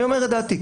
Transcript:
אני אומר את דעתי,